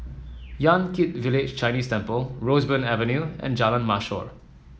Yan Kit Village Chinese Temple Roseburn Avenue and Jalan Mashor